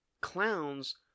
clowns